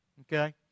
okay